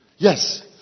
Yes